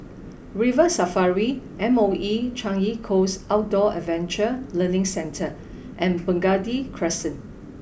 River Safari M O E Changi Coast Outdoor Adventure Learning Centre and Burgundy Crescent